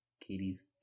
Katie's